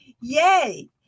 Yay